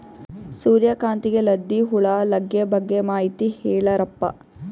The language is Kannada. ಸೂರ್ಯಕಾಂತಿಗೆ ಲದ್ದಿ ಹುಳ ಲಗ್ಗೆ ಬಗ್ಗೆ ಮಾಹಿತಿ ಹೇಳರಪ್ಪ?